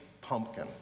pumpkin